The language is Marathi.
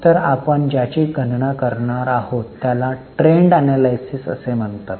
तर आपण ज्याची गणना करणार आहोत त्याला ट्रेंड एनलायसिस असे म्हणतात